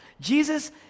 Jesus